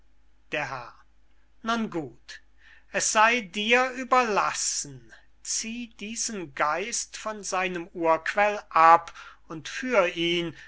nun gut es sey dir überlassen zieh diesen geist von seinem urquell ab und führ ihn